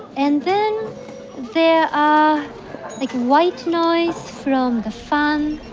and then there are like white noise from the fan.